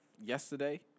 yesterday